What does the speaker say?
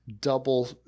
double